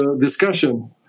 discussion